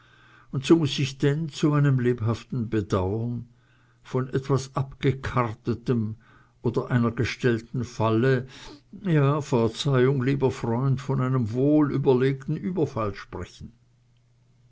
und so muß ich denn zu meinem lebhaften bedauern von etwas abgekartetem oder einer gestellten falle ja verzeihung lieber freund von einem wohlüberlegten überfall sprechen